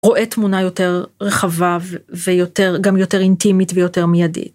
רואה תמונה יותר רחבה וגם יותר אינטימית ויותר מיידית.